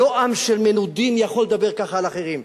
לא עם של מנודים יכול לדבר כך על אחרים,